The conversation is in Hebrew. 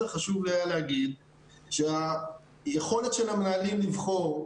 חשוב לי היה להגיד שהיכולת של המנהלים לבחור,